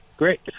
Great